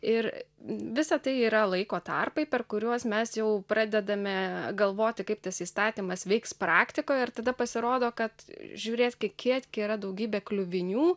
ir visa tai yra laiko tarpai per kuriuos mes jau pradedame galvoti kaip tas įstatymas veiks praktikoj ir tada pasirodo kad žiūrės kiek kiek yra daugybė kliuvinių